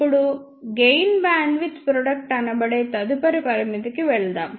ఇప్పుడు gain bandwidth product అనబడే తదుపరి పరిమితికి వెళ్దాం